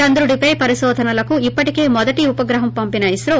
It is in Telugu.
చంద్రుడిపై పరికోధనలకు ఇప్పటికే మొదటి ఉపగ్రహం పంపిన ఇస్రో